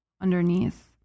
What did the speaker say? underneath